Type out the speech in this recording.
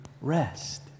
rest